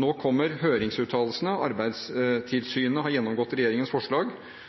Nå kommer høringsuttalelsene. Arbeidstilsynet har gjennomgått regjeringens forslag